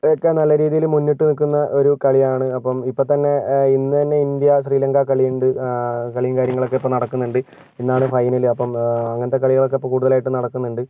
ഒക്കെ നല്ലരീതിയിൽ മുന്നിട്ട് നിൽക്കുന്ന ഒരു കളിയാണ് അപ്പോൾ ഇപ്പോൾ തന്നെ ഇന്ന് തന്നെ ഇന്ത്യ ശ്രീലങ്ക കളിയുണ്ട് കളിയും കാര്യങ്ങളൊക്കെ ഇപ്പോൾ നടക്കുന്നുണ്ട് ഇന്നാണ് ഫൈനൽ അപ്പോൾ അങ്ങനത്തെ കളികളൊക്കെ ഇപ്പോൾ കൂടുതലായിട്ടും നടക്കുന്നുണ്ട്